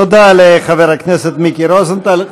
תודה לחבר הכנסת מיקי רוזנטל.